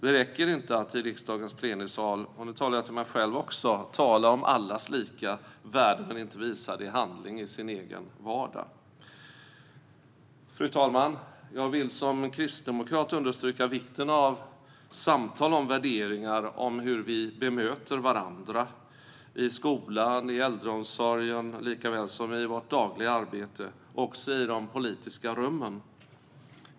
Det räcker inte med att i riksdagens plenisal - och nu talar jag också för mig själv - tala om allas lika värde men inte visa det i handling i sin egen vardag. Fru talman! Jag vill som kristdemokrat understryka vikten av samtal om värderingar, om hur vi bemöter varandra i skolan, i äldreomsorgen lika väl som i vårt dagliga arbete, också i de politiska rummen.